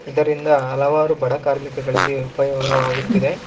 ಇದರಿಂದ ಹಲವಾರು ಬಡ ಕಾರ್ಮಿಕಗಳಿಗೆ ಉಪಯೋಗವಾಗುತ್ತಿದೆ